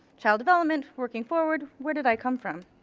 child development, working forward, where did i come from?